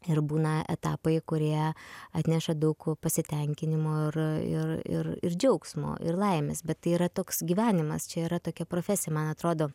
ir būna etapai kurie atneša daug pasitenkinimo ir ir ir ir džiaugsmo ir laimės bet tai yra toks gyvenimas čia yra tokia profesija man atrodo